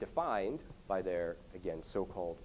defined by their again so called